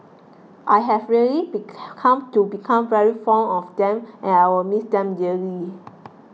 I have really become to become very fond of them and I will miss them dearly